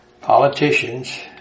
politicians